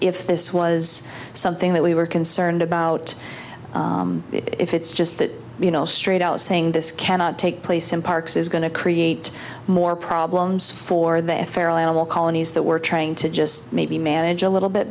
if this was something that we were concerned about if it's just that you know straight out saying this cannot take place in parks is going to create more problems for the a feral animal colonies that we're trying to just maybe manage a little bit